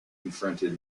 confronted